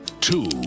two